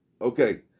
Okay